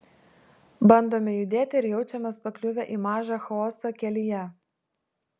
bandome judėti ir jaučiamės pakliuvę į mažą chaosą kelyje